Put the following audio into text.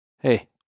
Hey